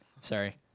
Sorry